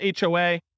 HOA